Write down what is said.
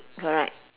correct